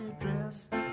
dressed